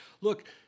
Look